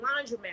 laundromat